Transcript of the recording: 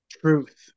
truth